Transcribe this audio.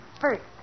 first